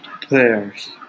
players